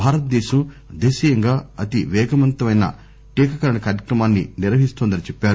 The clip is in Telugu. భారతదేశం దేశీయంగా అతి పేగవంతమైన టీకాకరణ కార్యక్రమాన్ని నిర్వహిస్తోందని చెప్పారు